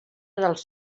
dels